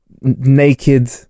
naked